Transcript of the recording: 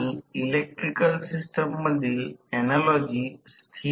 आता electromagnetic torque power torque कोनीय वेग हा संबंध आहे